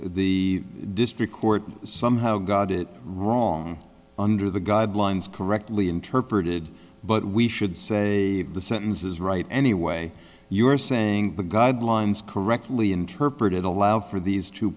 the district court somehow got it wrong under the guidelines correctly interpreted but we should say the sentence is right anyway you are saying the guidelines correctly interpreted allow for these two